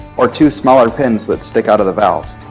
or two smaller pins that stick out of the valve.